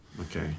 Okay